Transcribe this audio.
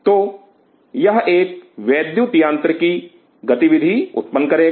तो यह एक वैद्युत यांत्रिक गतिविधि उत्पन्न करेगा